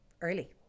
early